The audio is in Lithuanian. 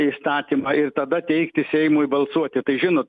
įstatymą ir tada teikti seimui balsuoti tai žinot